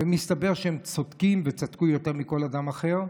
ומסתבר שהם צודקים וצדקו יותר מכל אדם אחר,